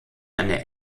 eine